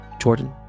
Jordan